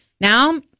Now